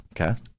Okay